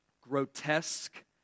grotesque